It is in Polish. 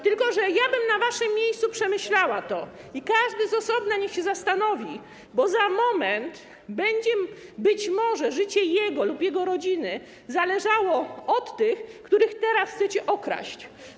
Tylko że ja bym na waszym miejscu przemyślała to i każdy z osobna niech się zastanowi, bo za moment być może życie jego lub jego rodziny będzie zależało od tych, których teraz chcecie okraść.